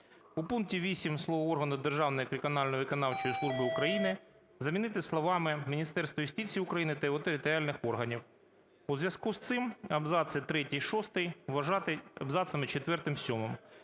"У пункті 8 слова "органу Державної кримінально-виконавчої служби України" замінити словами "Міністерства юстиції України та його територіальних органів". У зв'язку з цим абзаци третій-шостий вважати абзацами